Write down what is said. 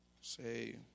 Say